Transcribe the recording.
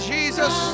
Jesus